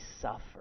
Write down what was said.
suffer